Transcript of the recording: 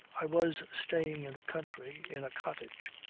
i was staying in the country, in a cottage,